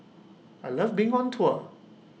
I love being on tour